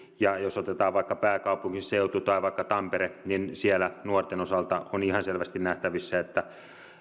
ja jos otetaan vaikka pääkaupunkiseutu tai tampere niin siellä nuorten osalta on ihan selvästi nähtävissä että